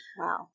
Wow